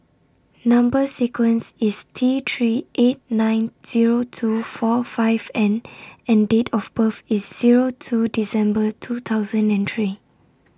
Number sequence IS T three eight nine Zero two four five N and Date of birth IS Zero two December two thousand and three